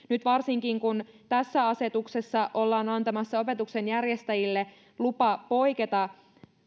syksy nythän varsinkin kun tässä asetuksessa ollaan antamassa opetuksen järjestäjille lupa poiketa